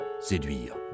Séduire